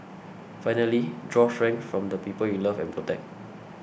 finally draw strength from the people you love and protect